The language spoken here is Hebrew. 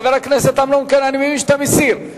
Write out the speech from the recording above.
חבר הכנסת אמנון כהן, אני מבין שאתה מסיר.